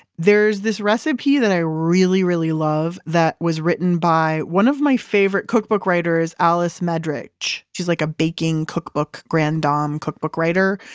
there is this recipe that i really, really love that was written by one of my favorite cookbook writers, alice madrich. she's like a baking cookbook grand dom cookbook writer.